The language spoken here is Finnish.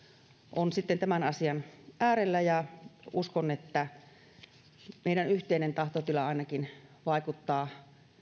on sitten tämän asian äärellä todella toivon ja uskon ja meidän yhteinen tahtotilamme ainakin vaikuttaa